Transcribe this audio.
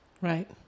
Right